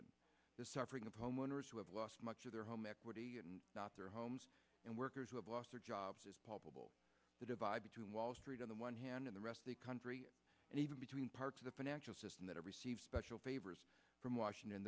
and the suffering of homeowners who have lost much of their home equity and not their homes and workers who have lost their jobs as possible the divide between wall street on the one hand and the rest of the country and even between parts of the financial system that have received special favors from washington